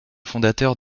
fondateurs